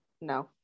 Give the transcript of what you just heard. No